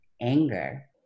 anger